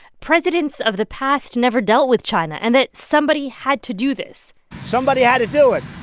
presidents of the past never dealt with china and that somebody had to do this somebody had to do it.